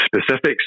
specifics